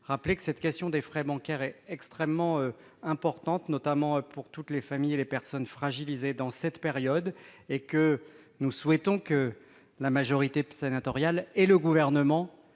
être étudiée. La question des frais bancaires est essentielle, notamment pour toutes les familles et les personnes fragilisées durant cette période. Nous souhaitons que la majorité sénatoriale et le Gouvernement